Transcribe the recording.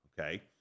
okay